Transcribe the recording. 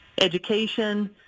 education